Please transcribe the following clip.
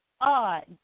odd